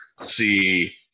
see